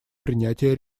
принятия